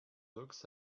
looks